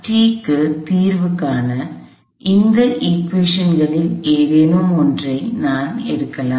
எனவே இப்போது க்கு தீர்வு காண இந்த சமன்பாடுகளில் ஏதேனும் ஒன்றை நான் எடுக்கலாம்